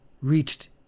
reached